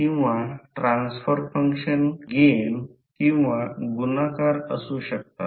म्हणून मला फक्त एक किंवा दोन गोष्टी समजून घ्याव्या लागतील